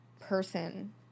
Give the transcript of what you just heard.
person